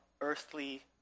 earthly